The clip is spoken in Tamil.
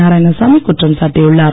நாராயணசாமி குற்றம் சாட்டியுள்ளார்